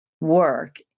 work